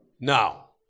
Now